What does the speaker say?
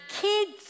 kids